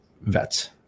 vets